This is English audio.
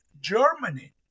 Germany